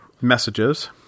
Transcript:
Messages